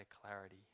clarity